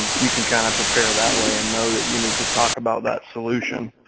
um you can kind of prepare that way and know that you need to talk about that solution.